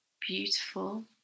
beautiful